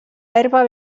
herba